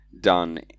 done